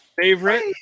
Favorite